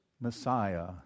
Messiah